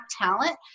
talent